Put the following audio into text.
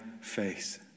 face